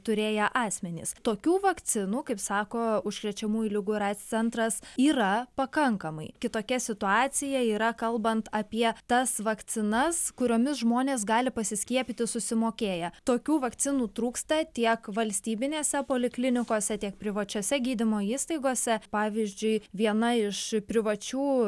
turėję asmenys tokių vakcinų kaip sako užkrečiamųjų ligų ir aids centras yra pakankamai kitokia situacija yra kalbant apie tas vakcinas kuriomis žmonės gali pasiskiepyti susimokėję tokių vakcinų trūksta tiek valstybinėse poliklinikose tiek privačiose gydymo įstaigose pavyzdžiui viena iš privačių